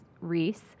Reese